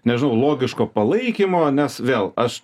nežinau logiško palaikymo nes vėl aš